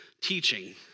teaching